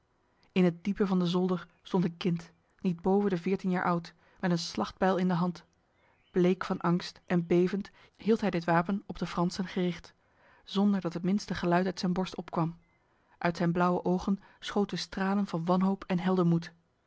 in het diepe van de zolder stond een kind niet boven de veertien jaar oud met een slachtbijl in de hand bleek van angst en bevend hield hij dit wapen op de fransen gericht zonder dat het minste geluid uit zijn borst opkwam uit zijn blauwe ogen schoten stralen van wanhoop en heldenmoed